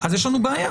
אז יש לנו בעיה.